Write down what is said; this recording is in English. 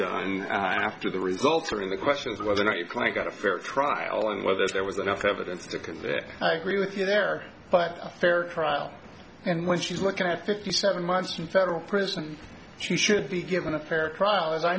done after the results are in the questions whether or not reply got a fair trial and whether there was enough evidence to convict i agree with you there but a fair trial and when she's looking at fifty seven months in federal prison she should be given a fair trial a